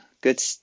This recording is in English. good